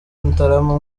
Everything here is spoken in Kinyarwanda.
mutarama